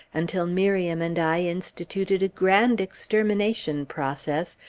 until miriam and i instituted a grand extermination process,